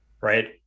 right